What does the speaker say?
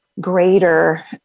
greater